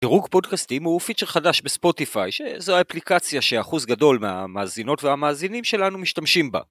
דירוג פודקאסטים הוא פיצ'ר חדש בספוטיפיי שזו האפליקציה שאחוז גדול מהמאזינות והמאזינים שלנו משתמשים בה